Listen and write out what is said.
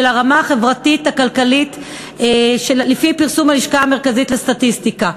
הרמה החברתית-הכלכלית לפי פרסום הלשכה המרכזית לסטטיסטיקה,